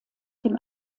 dem